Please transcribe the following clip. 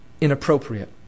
inappropriate